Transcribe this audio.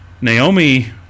Naomi